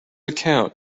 account